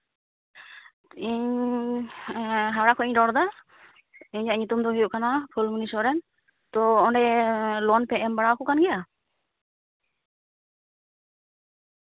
ᱤᱧ ᱦᱟᱣᱲᱟ ᱠᱷᱚᱡ ᱤᱧ ᱨᱚᱲᱫᱟ ᱤᱧᱟᱹᱜ ᱧᱩᱛᱩᱢ ᱫᱚ ᱦᱩᱭᱩᱜ ᱠᱟᱱᱟ ᱯᱷᱩᱞᱢᱩᱱᱤ ᱥᱚᱨᱮᱱ ᱛᱚ ᱚᱸᱰᱮ ᱞᱳᱱ ᱯᱮ ᱮᱢ ᱵᱟᱲᱟᱣᱟᱠᱚ ᱠᱟᱱ ᱜᱮᱭᱟ